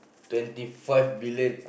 twenty five billion